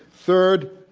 third,